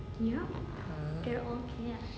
uh